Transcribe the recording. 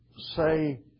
say